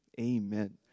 Amen